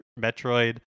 Metroid